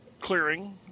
clearing